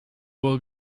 will